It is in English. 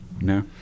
No